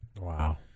Wow